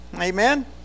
Amen